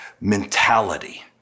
mentality